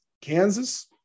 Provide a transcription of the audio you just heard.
Kansas